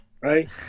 Right